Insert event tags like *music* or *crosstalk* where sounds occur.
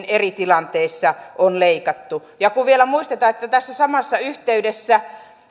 *unintelligible* eri tilanteissa on leikattu kun vielä muistetaan että tässä samassa yhteydessä